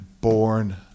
born